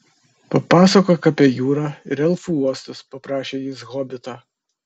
papasakok apie jūrą ir elfų uostus paprašė jis hobitą